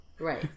Right